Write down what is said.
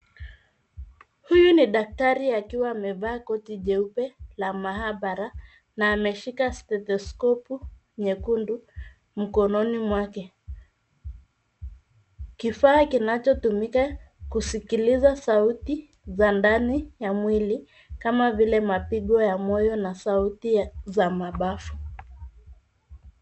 Huyu ni daktari akiwa amevaa koti jeupe la mahabara na ameshika stetheskopu nyekundu mkononi mwake. Kifaa kinacho tumika kusikiliza sauti za ndani ya mwili kama vile mapigo ya moyo na sauti za mabafu.